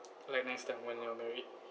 like next time when you're married